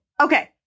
Okay